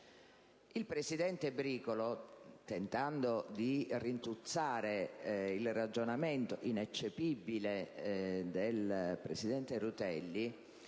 Il presidente Bricolo, tentando di rintuzzare il ragionamento ineccepibile del presidente Rutelli,